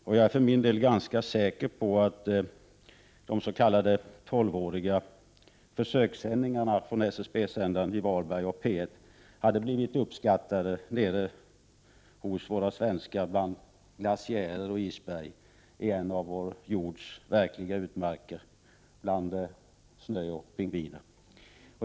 För min del är jag ganska säker på att de 12-åriga s.k. försökssändningarna från SSB-sändaren i Varberg med utsändning av P 1 hade blivit uppskattade nere hos våra svenskar bland glaciärer och isberg i en av vår jords verkliga utmarker, bland snö och pingviner.